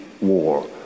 war